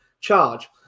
charge